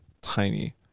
tiny